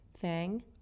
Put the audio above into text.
Fang